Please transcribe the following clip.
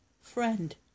friend